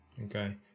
Okay